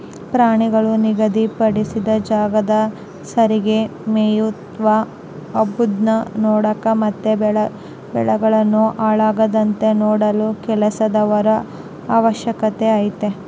ಪ್ರಾಣಿಗಳು ನಿಗಧಿ ಪಡಿಸಿದ ಜಾಗದಾಗ ಸರಿಗೆ ಮೆಯ್ತವ ಅಂಬದ್ನ ನೋಡಕ ಮತ್ತೆ ಬೆಳೆಗಳನ್ನು ಹಾಳಾಗದಂತೆ ನೋಡಲು ಕೆಲಸದವರ ಅವಶ್ಯಕತೆ ಐತೆ